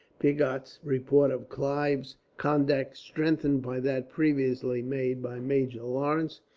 pigot's report of clive's conduct, strengthened by that previously made by major lawrence,